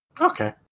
Okay